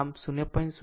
આમ 0